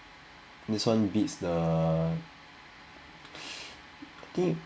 this one beats the I think